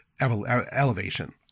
elevation